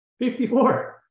54